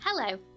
Hello